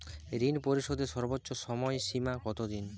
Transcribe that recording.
ঋণ পরিশোধের সর্বোচ্চ সময় সীমা কত দিন?